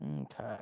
Okay